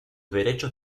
derechos